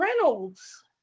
Reynolds